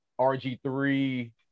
RG3